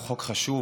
הוא חוק חשוב.